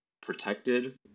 protected